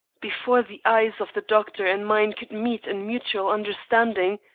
before the eyes of the doctor and mine could meet in mutual understanding,